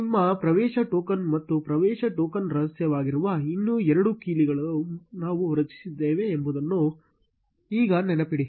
ನಿಮ್ಮ ಪ್ರವೇಶ ಟೋಕನ್ ಮತ್ತು ಪ್ರವೇಶ ಟೋಕನ್ ರಹಸ್ಯವಾಗಿರುವ ಇನ್ನೂ ಎರಡು ಕೀಲಿಗಳನ್ನು ನಾವು ರಚಿಸಿದ್ದೇವೆ ಎಂಬುದನ್ನು ಈಗ ನೆನಪಿಡಿ